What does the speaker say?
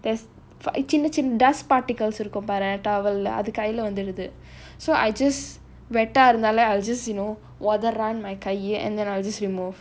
there's சின்ன சின்ன:chinna chinna dust particles இருக்கும் பாரேன்:irukkum paaraen towel leh அது கைல வந்துடுது:adhu kaila vandhuduthu so I just I'll just you know water run my உதறேன் என் கை:utaraen en kai and then I'll just remove